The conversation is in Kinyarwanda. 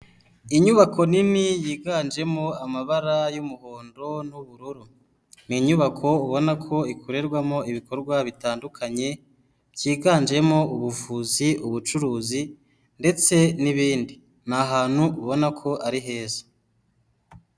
Inyubako nini yiganjemo amabara y'umuhondo n'ubururu, ni inyubako ubona ko ikorerwamo ibikorwa bitandukanye byiganjemo ubuvuzi, ubucuruzi ndetse n'ibindi, na hantu ubona ko ari heza.